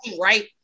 Right